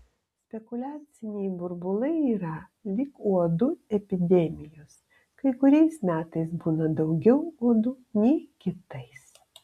spekuliaciniai burbulai yra lyg uodų epidemijos kai kuriais metais būna daugiau uodų nei kitais